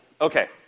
Okay